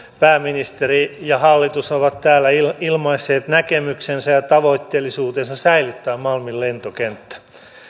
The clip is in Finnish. pääministeri ja hallitus ovat täällä ilmaisseet näkemyksensä ja tavoitteellisuutensa säilyttää malmin lentokenttä